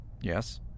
Yes